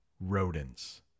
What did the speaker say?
rodents